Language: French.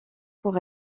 pour